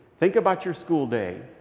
think about your school day.